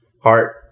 heart